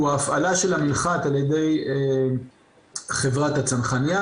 הוא ההפעלה של המנחת על-ידי חברת "הצנחניה",